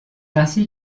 ainsi